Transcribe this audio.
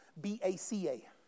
B-A-C-A